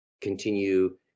continue